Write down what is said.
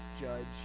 judge